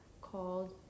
called